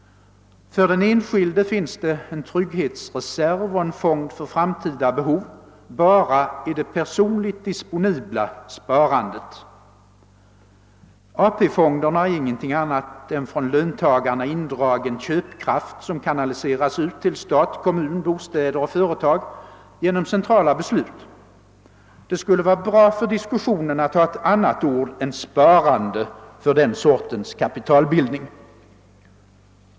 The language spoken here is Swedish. För den enskilde finns det en trygghetsreserv och en fond för framtida behov bara i det personligt disponibla sparandet. AP-fonderna är ingenting annat än från löntagarna indragen köpkraft, som kanaliseras ut till stat, kommun, bostäder och företag genom centrala beslut. Det skulle vara bra för diskussionerna att ha ett annat ord än sparande för den sortens kapitalbildning.